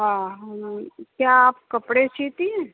ہاں کیا آپ کپڑے سیتی ہیں